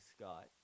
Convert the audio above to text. Scott